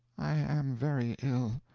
i am very ill.